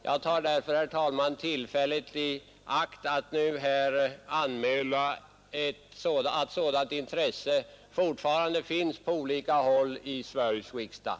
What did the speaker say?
Jag tar därför, herr talman, tillfället i akt att nu här anmäla att sådant intresse fortfarande finns på olika håll i Sveriges riksdag.